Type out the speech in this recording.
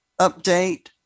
update